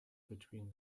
between